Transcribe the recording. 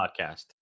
podcast